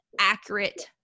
accurate